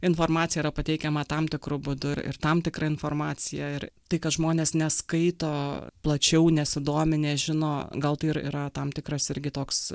informacija yra pateikiama tam tikru būdu ir tam tikra informacija ir tai kad žmonės neskaito plačiau nesudominę žino gal tai ir yra tam tikras irgi toks